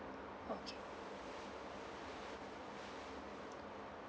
okay